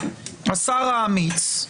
השר האמיץ,